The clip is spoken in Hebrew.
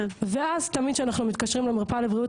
ואז תמיד כשאנחנו מתקשרים למרפאה לבריאות